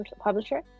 publisher